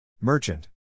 Merchant